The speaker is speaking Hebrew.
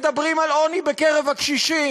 מדברים על עוני בקרב הקשישים.